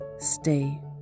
Stay